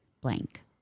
blank